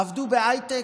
עבדו בהייטק,